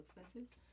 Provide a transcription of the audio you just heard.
expenses